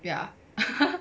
ya